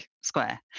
square